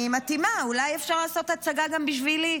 אני מתאימה, אולי אפשר לעשות הצגה גם בשבילי.